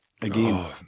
again